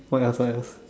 what else what else